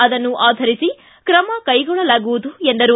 ಅದನ್ನು ಆಧರಿಸಿ ಕ್ರಮ ಕೈಗೊಳ್ಳಲಾಗುವುದು ಎಂದು ಹೇಳಿದರು